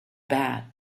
bad